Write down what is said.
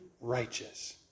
righteous